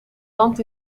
land